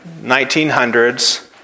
1900s